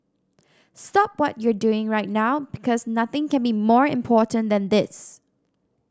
stop what you're doing right now because nothing can be more important than this